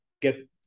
get